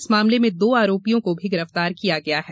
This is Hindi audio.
इस मामले में दो आरोपियों को भी गिरफ्तार किया गया है